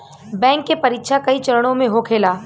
bank के परीक्षा कई चरणों में होखेला